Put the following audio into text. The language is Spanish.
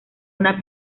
una